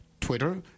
Twitter